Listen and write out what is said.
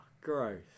gross